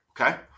Okay